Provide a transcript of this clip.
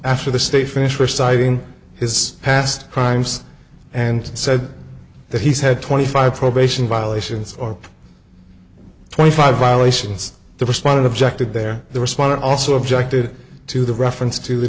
after the state fish were citing his past crimes and said that he had twenty five probation violations or twenty five violations the respondent objected there the respondent also objected to the reference to the